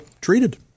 treated